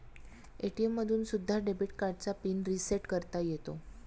ATM मधून सुद्धा debit कार्डचा पिन रिसेट करता येतो